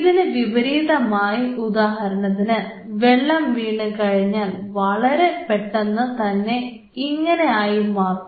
ഇതിന് വിപരീതമായി ഉദാഹരണത്തിന് വെള്ളം വീണ് കഴിഞ്ഞാൽ വളരെ പെട്ടെന്ന് തന്നെ ഇങ്ങനെ ആയി മാറും